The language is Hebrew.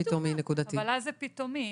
זה כן "פתאומי",